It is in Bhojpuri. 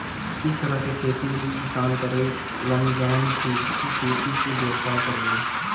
इ तरह के खेती उ किसान करे लन जवन की खेती से व्यवसाय करेले